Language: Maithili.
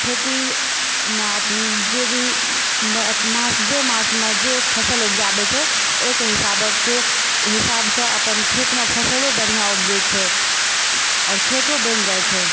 खेतीमे जे भी मास जे मासमे जे भी फसल उपजाबै छै ओहिके हिसाबक हिसाबसँ अपन खेतमे फसलो बढ़िआँ उपजै छै आओर खेतो बनि जाए छै